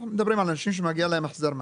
אנחנו מדברים על אנשים שמגיע להם החזר מס,